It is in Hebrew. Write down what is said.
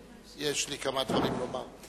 אף-על-פי שיש לי כמה דברים לומר.